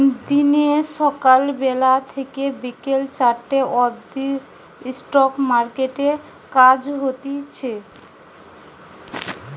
দিনে সকাল বেলা থেকে বিকেল চারটে অবদি স্টক মার্কেটে কাজ হতিছে